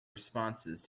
responses